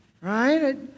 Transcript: Right